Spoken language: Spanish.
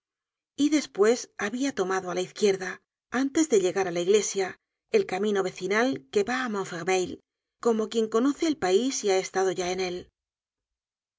y despues habia tomado á la izquierda antes de llegar á la iglesia el camino vecinal que va á montfermeil como quien conoce el pais y ha estado ya en él